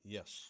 Yes